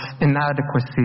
inadequacy